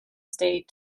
state